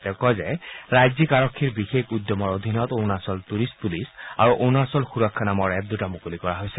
তেওঁ কয় যে ৰাজ্যিক আৰক্ষীৰ বিশেষ উদ্যমৰ অধীনত অৰুণাচল টুৰিষ্ট পুলিচ আৰু অৰুণাচল সুৰক্ষা নামৰ এপ দুটা মুকলি কৰা হৈছে